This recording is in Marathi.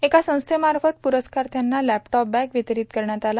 एका संस्थेमार्फत पुरस्कारार्थ्यांना लॅपटॉप बॅग वितरित करण्यात आल्या